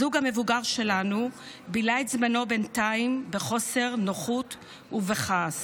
הזוג המבוגר שלנו בילה את זמנו בינתיים בחוסר נוחות ובכעס.